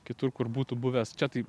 kitur kur būtų buvęs čia tai